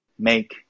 Make